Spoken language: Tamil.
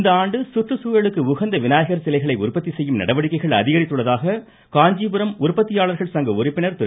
இந்தஆண்டு சுற்றுச்சூழலுக்கு உகந்த விநாயகர் சிலைகளை உற்பத்தி செய்யும் நடவடிக்கைகள் அதிகரித்துள்ளதாக காஞ்சிபுரம் உற்பத்தியாளர்கள் சங்க உறுப்பினர் திரு